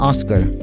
Oscar